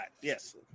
Yes